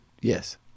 Yes